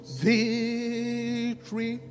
victory